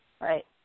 right